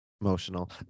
Emotional